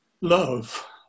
Love